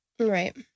Right